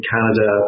Canada